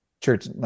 church